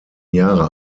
jahre